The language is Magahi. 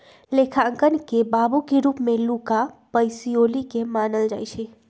लेखांकन के बाबू के रूप में लुका पैसिओली के मानल जाइ छइ